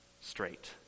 straight